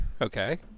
Okay